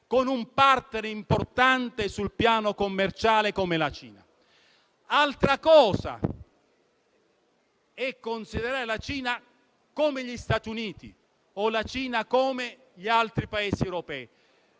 con un *partner* importante sul piano commerciale come la Cina, altra cosa è considerare la Cina come gli Stati Uniti o come gli altri Paesi europei,